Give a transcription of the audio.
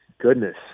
Goodness